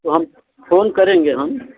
तो हम फोन करेंगे हम